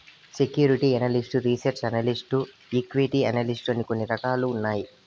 security analyst research analyst equity analyst అని కొన్ని రకాలు ఉన్నాయి